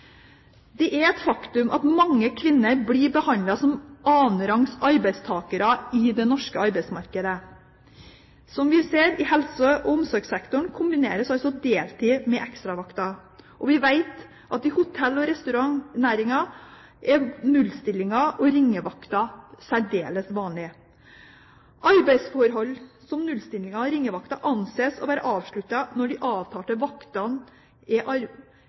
Det er et faktum at mange kvinner blir behandlet som annenrangs arbeidstakere i det norske arbeidsmarkedet. Som vi ser, kombineres deltid med ekstravakter i helse- og omsorgssektoren. Vi vet at i hotell- og restaurantnæringen er 0-stillinger og ringevakter særdeles vanlig. Arbeidsforhold som 0-stillinger og ringevakter anses å være avsluttet når de avtalte vaktene eller arbeidet er